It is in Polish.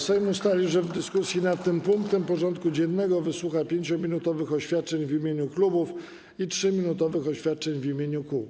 Sejm ustalił, że w dyskusji nad tym punktem porządku dziennego wysłucha 5-minutowych oświadczeń w imieniu klubów i 3-minutowych oświadczeń w imieniu kół.